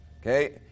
Okay